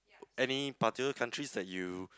any particular countries that you